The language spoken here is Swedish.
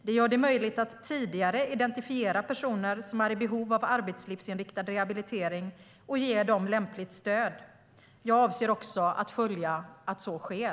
Det gör det möjligt att tidigare identifiera personer som är i behov av arbetslivsinriktad rehabilitering och ge dem lämpligt stöd. Jag avser att följa upp att så sker.